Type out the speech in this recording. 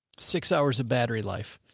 six hours of battery life.